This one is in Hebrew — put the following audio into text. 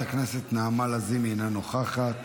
חברת הכנסת נעמה לזימי, אינה נוכחת.